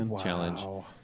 challenge